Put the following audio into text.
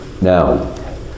Now